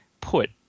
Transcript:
put